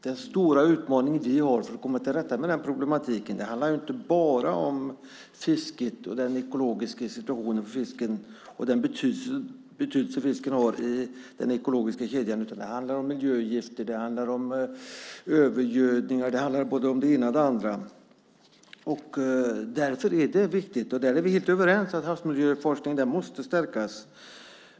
Den stora utmaning som vi står inför för att komma till rätta med problematiken handlar inte bara om fisket, den ekologiska situationen för fisken och den betydelse som fisken har i den ekologiska kedjan, utan den handlar om miljögifter, övergödning och det ena med det andra. Därför är detta viktigt, och vi är helt överens om att havsmiljöforskningen måste stärkas.